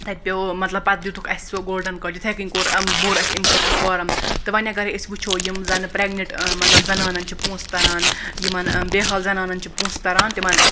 تَتہِ پیٚو مَطلَب پَتہٕ دیُتکھ اَسہِ سُہ گولڈَن کاڈ یِتھے کَنۍ کوٚر بوٚر اَسہِ امہِ خٲطرٕ فارَم تہٕ وونۍ اَگَر أسۍ وٕچھو یِم زَن پریٚگنِٹ مَطلَب زَنانَن چھِ پونٛسہٕ تَران یِمن بے حال زَنانَن چھِ پونٛسہٕ تَران تِمَن